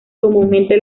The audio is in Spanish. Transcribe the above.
comúnmente